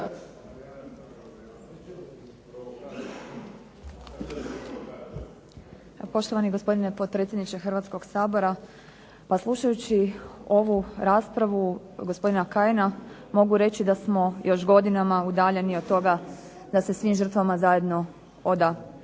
Poštovani gospodine potpredsjedniče Hrvatskog sabora. Pa slušajući ovu raspravu gospodina Kajina, mogu reći da smo još godinama udaljeni od toga da se svim žrtvama zajedno oda